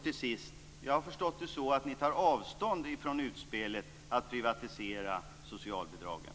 Till sist: Jag har förstått det så att ni tar avstånd från utspelet att privatisera socialbidragen.